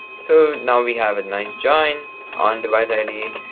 so now we have a nice join on device id.